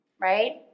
Right